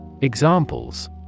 Examples